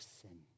sin